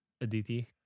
aditi